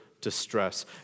distress